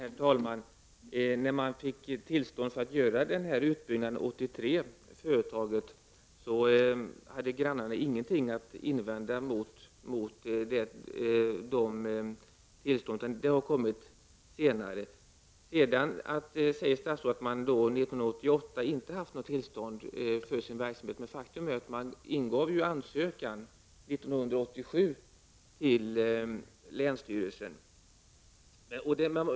Herr talman! När företaget fick tillståndet att göra en utbyggnad 1983 hade grannarna ingenting att invända. Invändningarna har kommit senare. Statsrådet säger att företaget 1988 inte hade haft tillstånd för sin verksamhet. Faktum är att företaget lämnade in ansökan 1987 till länsstyrelsen.